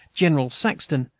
general saxton,